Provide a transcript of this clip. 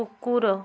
କୁକୁର